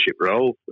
role